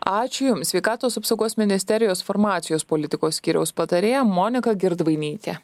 ačiū jums sveikatos apsaugos ministerijos farmacijos politikos skyriaus patarėja monika girdvainytė